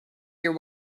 your